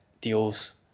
deals